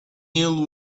ill